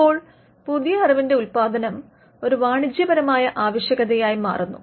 ഇപ്പോൾ പുതിയ അറിവിന്റെ ഉത്പാദനം ഒരു വാണിജ്യപരമായ ആവശ്യകതയായി മാറുന്നു